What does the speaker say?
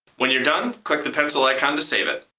when you're done, click the pencil icon to save it.